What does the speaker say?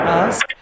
ask